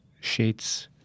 Shades